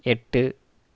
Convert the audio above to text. எட்டு